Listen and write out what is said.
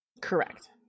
Correct